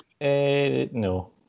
No